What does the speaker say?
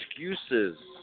excuses